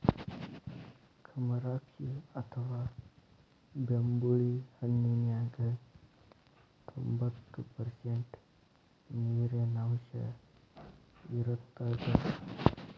ಕಮರಾಕ್ಷಿ ಅಥವಾ ಬೆಂಬುಳಿ ಹಣ್ಣಿನ್ಯಾಗ ತೋಭಂತ್ತು ಪರ್ಷಂಟ್ ನೇರಿನಾಂಶ ಇರತ್ತದ